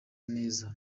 neza